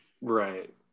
Right